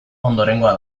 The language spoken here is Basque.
ondorengoa